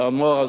את האדמו"ר,